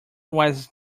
was